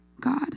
God